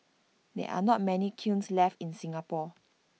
there are not many kilns left in Singapore